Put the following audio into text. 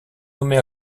nommée